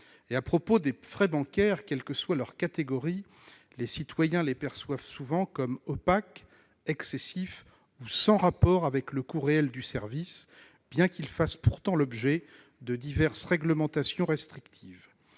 ». À propos des frais bancaires, quelle que soit leur catégorie, les citoyens les perçoivent souvent comme opaques, excessifs ou sans rapport avec le coût réel du service, bien qu'ils fassent l'objet de diverses réglementations restrictives.